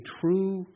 true